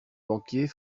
banquier